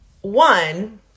one